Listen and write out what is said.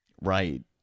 Right